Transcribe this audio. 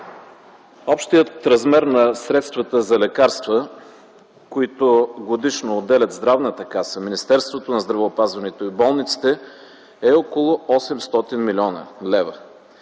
Общият размер на средствата за лекарства, които годишно отделят Здравната каса, Министерството на здравеопазването и болниците, е около 800 млн. лв.